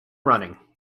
running